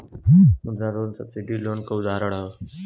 मुद्रा loan subsidise loan क उदाहरण हौ